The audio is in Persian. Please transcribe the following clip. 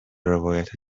روایت